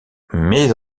mais